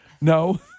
No